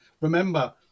remember